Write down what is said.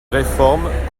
réformes